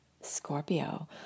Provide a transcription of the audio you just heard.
Scorpio